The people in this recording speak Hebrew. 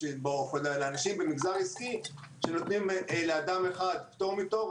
לאנשים במגזר העסקי שנותנים לאדם אחד פטור מתור,